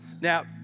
Now